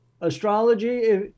astrology